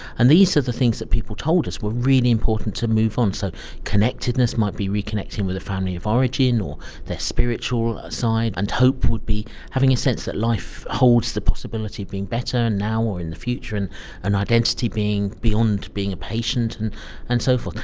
and these are the things that people told us were really important to move on. so connectedness might be reconnecting with a family of origin or their spiritual side, and hope would be having a sense that life holds the possibility of being better now or in the future, and and identity being beyond being a patient and and so forth.